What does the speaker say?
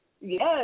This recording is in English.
Yes